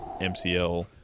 MCL